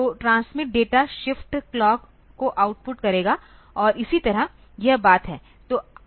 तो transmit data shift clock को output करेगा और इसी तरह यह बात है